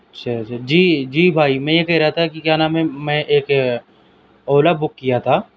اچھا جی جی بھائی میں یہ کہہ رہا تھا کہ کیا نام ہے میں ایک اولا بک کیا تھا